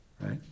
Right